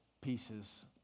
pieces